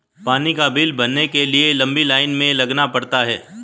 पानी का बिल भरने के लिए लंबी लाईन में लगना पड़ा